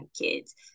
kids